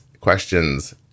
questions